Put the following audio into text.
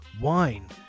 wine